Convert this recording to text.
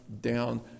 Down